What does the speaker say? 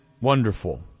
wonderful